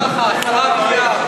ככה, 10 מיליארד.